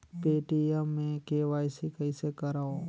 Paytm मे KYC कइसे करव?